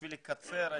כדי לקצר,